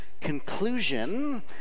conclusion